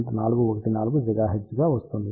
414 GHz గా వస్తుంది